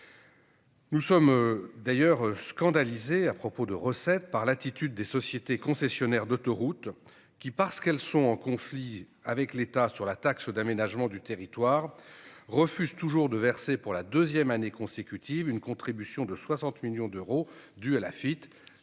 Nous sommes d'ailleurs scandalisés par l'attitude des sociétés concessionnaires d'autoroutes, qui, parce qu'elles sont en conflit avec l'État concernant la taxe d'aménagement du territoire, refusent toujours de verser, pour la deuxième année consécutive, la contribution de 60 millions d'euros qu'elles